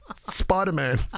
Spider-Man